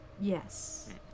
Yes